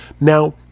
Now